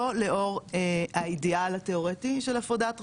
לאור האידאל התיאורטי של הפרדת רשויות,